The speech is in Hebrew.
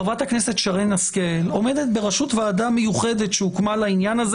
חברת הכנסת שרן השכל עומדת בראשות ועדה מיוחדת שהוקמה לעניין הזה.